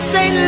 Say